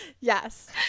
Yes